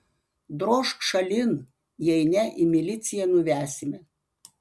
drožk šalin jei ne į miliciją nuvesime